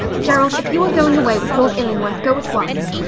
gerald, if you are going away with lord illingworth, go at once.